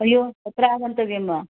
अयो अत्रागन्तव्यं वा